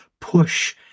push